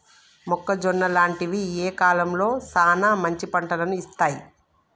మొక్కజొన్న లాంటివి ఏ కాలంలో సానా మంచి పంటను ఇత్తయ్?